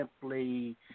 simply